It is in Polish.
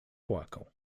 płakał